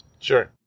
Sure